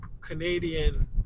Canadian